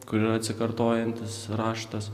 kur yra atsikartojantis raštas